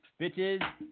bitches